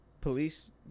police